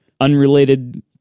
unrelated